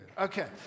okay